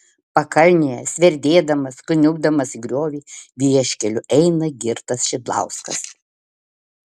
pakalnėje sverdėdamas kniubdamas į griovį vieškeliu eina girtas šidlauskas